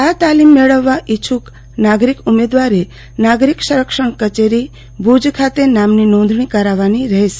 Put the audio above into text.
આ તાલીમ મેળવવા ઇઉચ્યુક નાગરિક ઉમેદવારે નાગરિક સંરક્ષણ કચેરી ભુજ ખાતે નામની નોંધણી કરાવવાની રહેશે